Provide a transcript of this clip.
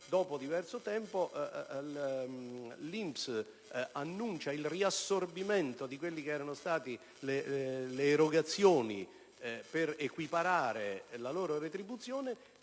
dopo diverso tempo, l'INPS annuncia il riassorbimento di quelle che erano state le erogazioni per equiparare la loro retribuzione,